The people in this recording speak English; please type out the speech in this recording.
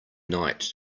night